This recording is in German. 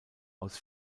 aus